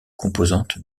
composantes